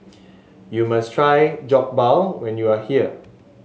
you must try Jokbal when you are here